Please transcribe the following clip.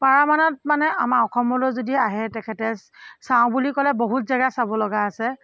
পাৰামানত মানে আমাৰ অসমলৈ যদি আহে তেখেতে চাওঁ বুলি ক'লে বহুত জেগা চাব লগা আছে